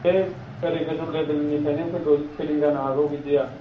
बे ओरै गोजौ लेभेलनिफ्रायनो फैगौ फैदों जानो हागौ बिदिया